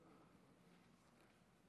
בנימה חיובית זו, נא לסיים.